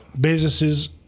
businesses